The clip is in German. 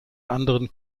anderen